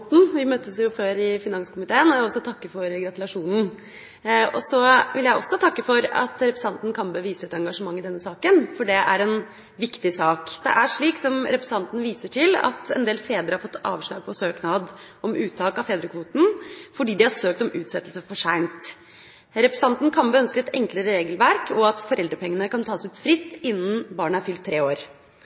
Vi møttes jo før i finanskomiteen. Jeg vil også takke for gratulasjonen. Så vil jeg også takke for at representanten Kambe viser et engasjement i denne saken, for det er en viktig sak. Det er slik som representanten viser til, at en del fedre har fått avslag på søknad om uttak av fedrekvoten fordi de har søkt om utsettelse for sent. Representanten Kambe ønsker et enklere regelverk og at foreldrepengene kan tas ut fritt innen barnet er fylt tre år.